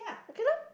okay lah